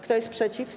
Kto jest przeciw?